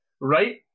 right